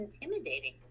intimidating